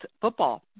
football